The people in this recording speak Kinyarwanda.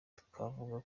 twavuga